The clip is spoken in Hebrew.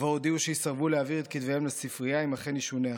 כבר הודיעו שיסרבו להעביר את כתביהם לספרייה אם אכן ישונה החוק.